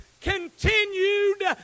continued